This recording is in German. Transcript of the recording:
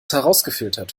herausgefiltert